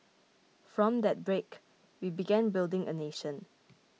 from that break we began building a nation